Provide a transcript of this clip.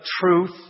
truth